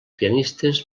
pianistes